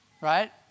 right